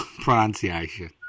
pronunciation